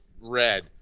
red